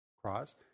cross